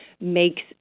makes